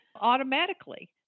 automatically